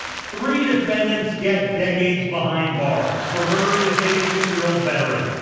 three defendants get decades behind bars for murdering his eighty six year-old veteran,